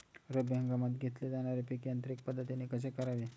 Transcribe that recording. रब्बी हंगामात घेतले जाणारे पीक यांत्रिक पद्धतीने कसे करावे?